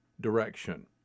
direction